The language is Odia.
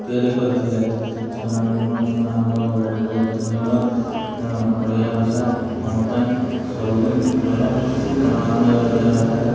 ତିଆରି କରିଥିଲେ ସେମାନଙ୍କୁ ମଧ୍ୟ ଆମର ବହୁତ ବହୁତ ଧନ୍ୟବାଦ ତେଣୁ ଓଡ଼ିଆ ଭାଷା ଆମ ପାଇଁ ସବୁଦିନ ଭଲ ତେଣୁ ଆମେ ଏଇ ଓଡ଼ିଆ ଭାଷାରେ